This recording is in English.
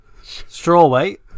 strawweight